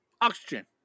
oxygen